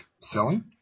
selling